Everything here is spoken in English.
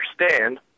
understand